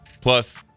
Plus